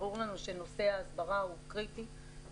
ברור לנו שנושא ההסברה הוא קריטי.